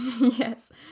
Yes